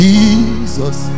Jesus